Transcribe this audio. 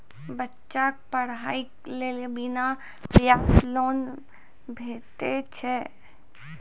बच्चाक पढ़ाईक लेल बिना ब्याजक लोन भेटै छै?